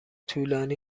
طولانی